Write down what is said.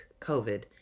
COVID